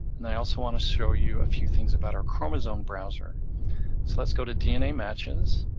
and i also want to show you a few things about our chromosome browser. so let's go to dna matches.